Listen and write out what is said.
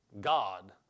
God